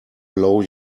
blow